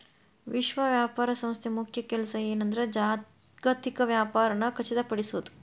ವಿಶ್ವ ವ್ಯಾಪಾರ ಸಂಸ್ಥೆ ಮುಖ್ಯ ಕೆಲ್ಸ ಏನಂದ್ರ ಜಾಗತಿಕ ವ್ಯಾಪಾರನ ಖಚಿತಪಡಿಸೋದ್